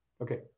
Okay